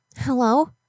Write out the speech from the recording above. Hello